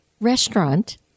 restaurant